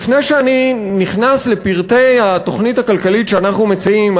לפני שאני נכנס לפרטי התוכנית הכלכלית שאנחנו מציעים,